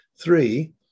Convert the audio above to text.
Three